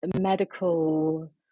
medical